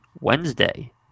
Wednesday